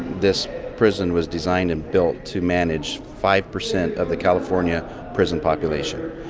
this prison was designed and built to manage five percent of the california prison population.